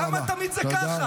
למה תמיד זה ככה?